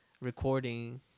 recording